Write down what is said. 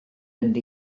mynd